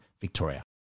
Victoria